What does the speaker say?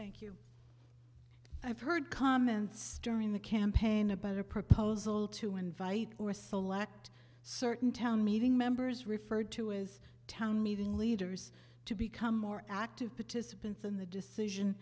i've heard comments during the campaign about a proposal to invite or select certain town meeting members referred to as town meeting leaders to become more active participants in the decision